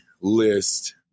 list